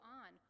on